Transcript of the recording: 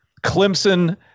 Clemson